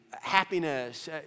happiness